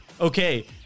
okay